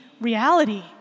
reality